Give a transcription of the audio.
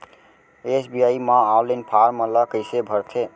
SBI म online form ल कइसे भरथे?